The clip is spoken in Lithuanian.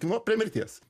nu prie mirties